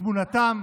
תמונתם